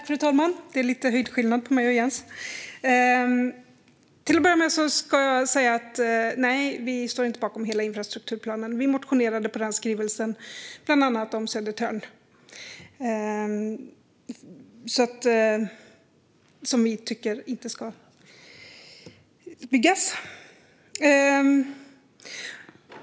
Fru talman! Till att börja med ska jag säga: Nej, vi står inte bakom hela infrastrukturplanen. Vi motionerade med anledning av den skrivelsen, bland annat om Södertörn, som vi inte tycker ska byggas.